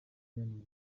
korean